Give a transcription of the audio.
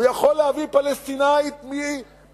הוא יכול להביא פלסטינית מפריס,